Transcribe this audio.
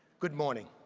good morning.